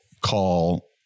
call